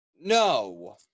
No